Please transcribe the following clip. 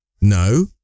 No